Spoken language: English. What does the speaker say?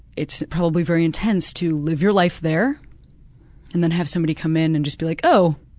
it's probably very intense to live your life there and then have somebody come in and just be like, oh,